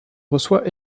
reçoit